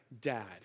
dad